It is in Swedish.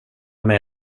med